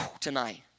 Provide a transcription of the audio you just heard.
tonight